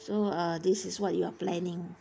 so uh this is what you are planning